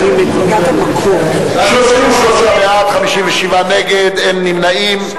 33 בעד, 57 נגד, אין נמנעים.